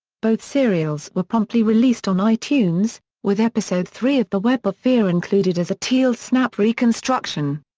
both serials were promptly released on itunes, with episode three of the web of fear included as a tele-snap reconstruction.